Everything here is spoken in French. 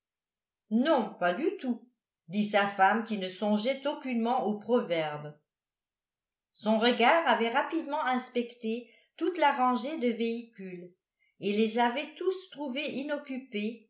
non pas du tout dit sa femme qui ne songeait aucunement au proverbe son regard avait rapidement inspecté toute la rangée de véhicules et les avait tous trouvés inoccupés